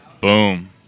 Boom